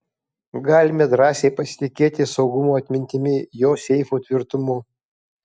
galime drąsiai pasitikėti saugumo atmintimi jo seifų tvirtumu